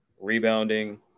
rebounding